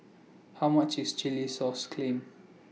How much IS Chilli Sauce Clams